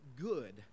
good